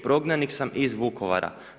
Prognanik sam iz Vukovara.